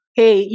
hey